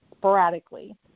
Sporadically